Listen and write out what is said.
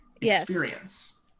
experience